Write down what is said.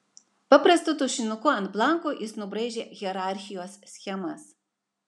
paprastu tušinuku ant blankų jis nubraižė hierarchijos schemas